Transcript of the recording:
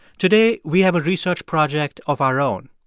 today, we have a research project of our own.